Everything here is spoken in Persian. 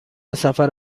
سفر